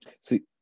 See